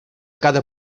cada